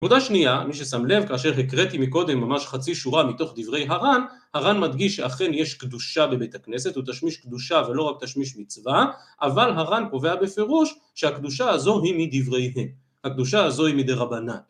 עובדה שנייה, מי ששם לב, כאשר הקראתי מקודם ממש חצי שורה מתוך דברי הר"ן, הר"ן מדגיש שאכן יש קדושה בבית הכנסת, הוא תשמיש קדושה ולא רק תשמיש מצווה, אבל הר"ן קובע בפירוש שהקדושה הזו היא מדבריהם, הקדושה הזו היא מדרבנן.